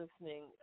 listening